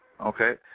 Okay